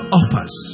offers